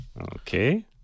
Okay